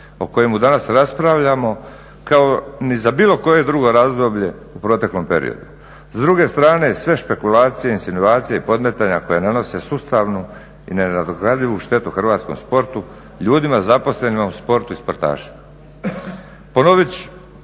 o kojemu danas raspravljamo kao ni za bilo koje drugo razdoblje u proteklom periodu. S druge strane, sve špekulacije, insinuacije i podmetanja koja ne nose sustavnu i nenadogradivu štetu hrvatskom sportu, ljudima zaposlenima u sportu i sportašima.